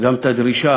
וגם את הדרישה